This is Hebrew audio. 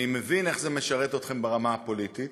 אני מבין איך זה משרת אתכם ברמה הפוליטית,